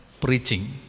preaching